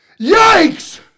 Yikes